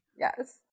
yes